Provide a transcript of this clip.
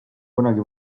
kunagi